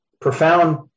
profound